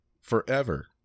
forever